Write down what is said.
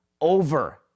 over